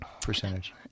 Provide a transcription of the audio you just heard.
percentage